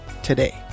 today